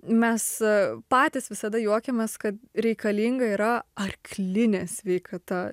mes patys visada juokiamės kad reikalinga yra arklinė sveikata